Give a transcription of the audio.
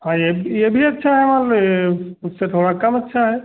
हाँ ये भि ये भी अच्छा है और ये उससे थोड़ा कम अच्छा है